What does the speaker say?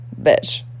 bitch